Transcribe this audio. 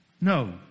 No